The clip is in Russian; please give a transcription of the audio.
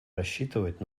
рассчитывать